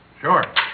Sure